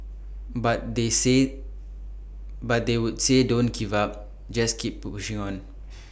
but they say but they would say don't give up just keep pushing on